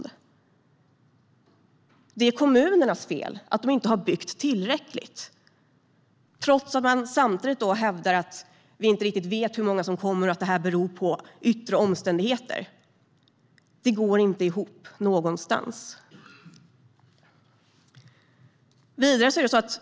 Det är alltså tydligen kommunernas fel att de inte har byggt tillräckligt, trots att man samtidigt hävdar att vi inte riktigt vet hur många som kommer och att det här beror på yttre omständigheter. Det går inte ihop någonstans.